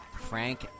Frank